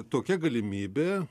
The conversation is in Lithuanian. tokia galimybė